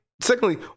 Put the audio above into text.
Secondly